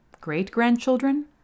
great-grandchildren